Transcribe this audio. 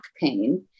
pain